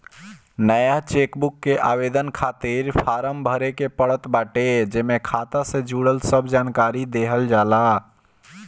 नया चेकबुक के आवेदन खातिर फार्म भरे के पड़त बाटे जेमे खाता से जुड़ल सब जानकरी देहल जाला